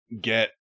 get